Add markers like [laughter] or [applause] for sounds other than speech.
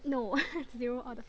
no [laughs] zero all the